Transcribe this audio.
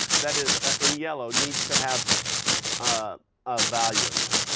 that is ah in yellow, needs to have a ah value in there,